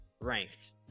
ranked